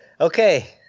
Okay